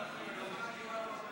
לא נתקבלה.